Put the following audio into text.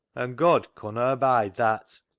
and god conna abide that.